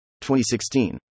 2016